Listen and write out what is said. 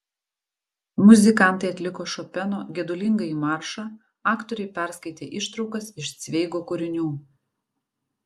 muzikantai atliko šopeno gedulingąjį maršą aktoriai perskaitė ištraukas iš cveigo kūrinių